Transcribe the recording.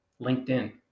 linkedin